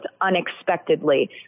unexpectedly